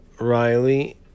Riley